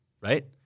Right